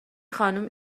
خانم